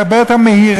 הרבה יותר מהירה.